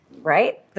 Right